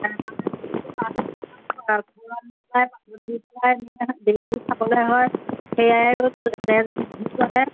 daily খাবলৈ হয় সেয়ায়ো তেজ বৃদ্ধি কৰে